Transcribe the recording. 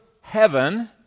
heaven